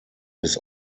his